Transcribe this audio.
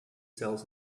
sells